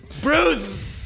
Bruce